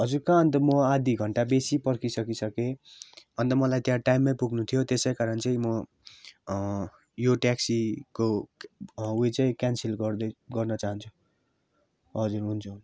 हजुर कहाँ अन्त म आधी घन्टा बेसी पर्खिसकिसकेँ अन्त मलाई त्यहाँ टाइममै पुग्नु थियो त्यसै कारण चाहिँ म यो ट्याक्सीको उयो चाहिँ क्यान्सल गर्दै गर्न चाहन्छु हजुर हुन्छ हुन्छ